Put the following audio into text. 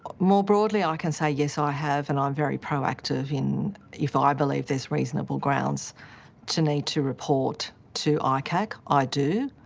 more broadly, i can say, yes, ah i have, and i'm very proactive. if i believe there's reasonable grounds to need to report to ah icac, i do.